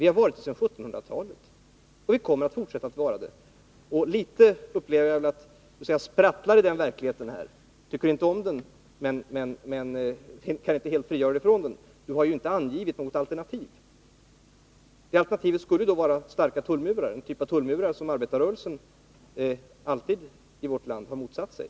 Det har vi varit sedan 1700-talet, och vi kommer att fortsätta vara det. Jag upplever det som om Jörn Svensson sprattlar litet grand i den verklighet som råder — han tycker inte om den men kan inte helt frigöra sig från den. Han har ju inte angett något alternativ. Ett alternativ skulle vara starka tullmurar — en typ av tullmurar som arbetarrörelsen i vårt land alltid har motsatt sig.